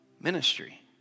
ministry